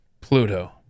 Pluto